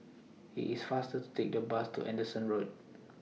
IT IS faster to Take The Bus to Anderson Road